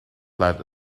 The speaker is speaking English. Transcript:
that